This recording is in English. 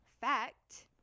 fact